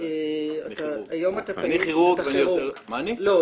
אני כירורג ואני --- לא,